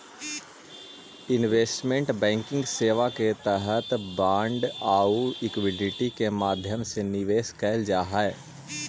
investment banking सेवा के तहत बांड आउ इक्विटी के माध्यम से निवेश कैल जा हइ